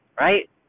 Right